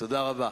תודה רבה.